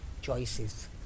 choices